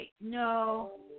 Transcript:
no